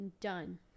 Done